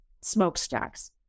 smokestacks